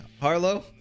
Harlow